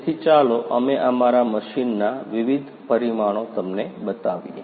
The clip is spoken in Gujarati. તેથી ચાલો અમે અમારા મશીનનાં વિવિધ પરિમાણો તમને બતાવીએ